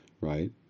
right